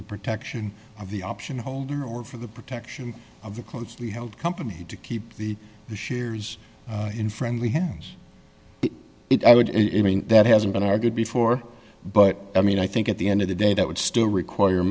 the protection of the option holder or for the protection of a closely held company to keep the shares in friendly hands it i would that hasn't been argued before but i mean i think at the end of the day that would still require